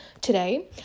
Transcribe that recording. today